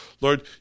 Lord